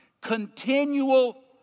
continual